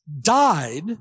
died